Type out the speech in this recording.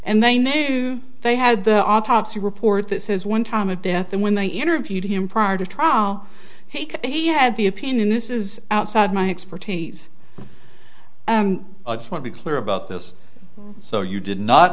and they knew they had the autopsy report this is one time of death and when they interviewed him prior to trial he had the opinion this is outside my expertise and i just want to be clear about this so you did not